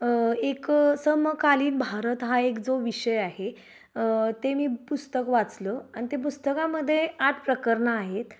एक अ समकालीन भारत हा एक जो विषय आहे ते मी पुस्तक वाचलं अन ते पुस्तकामधे आठ प्रकरणं आहेत